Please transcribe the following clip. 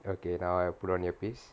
okay now I put on earpiece